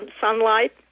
sunlight